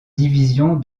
division